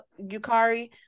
Yukari